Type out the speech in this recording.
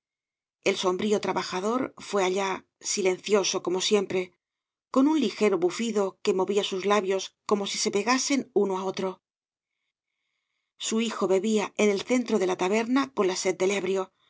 el sombrio trabajador fué allá silencioso como siempre con un ligero bufido que movia sus labios como si se pegasen uno á otro su hijo bebía en el centro de la taberna con la sed del ebrio rodeado de